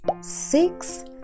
six